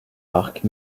arcs